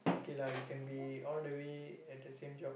k lah you can be all the way at the same job